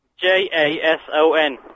J-A-S-O-N